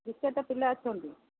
ଦୁଇ ଚାରିଟା ପିଲା ଅଛନ୍ତି